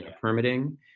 permitting